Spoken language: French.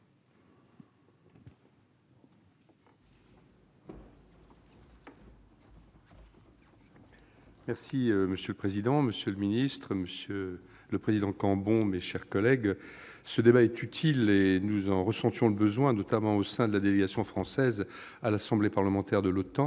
Bockel. Monsieur le président, monsieur le ministre, mes chers collègues, ce débat est utile ; nous en ressentions le besoin, notamment au sein de la délégation française à l'Assemblée parlementaire de l'OTAN.